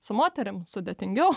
su moterim sudėtingiau